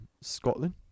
Scotland